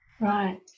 Right